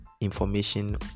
information